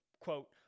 quote